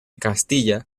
castilla